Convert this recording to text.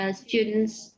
students